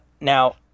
now